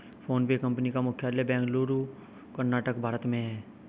PhonePe company का मुख्यालय बेंगलुरु कर्नाटक भारत में है